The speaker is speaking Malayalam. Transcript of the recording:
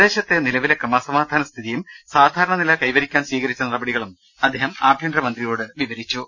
പ്രദേശത്തെ നിലവിലെ ക്രമസമാ ധാന സ്ഥിതിയും സാധാരണ നില കൈവരിക്കാൻ സ്വീകരിച്ച നടപടികളും അദ്ദേഹം ആഭ്യന്തരമന്ത്രിയോട് വിവരിച്ചു